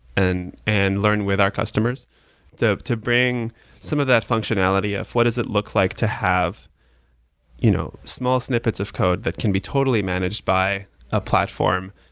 and and learn with our customers to bring some of that functionality of what is it look like to have you know small snippets of code that can be totally managed by a platform.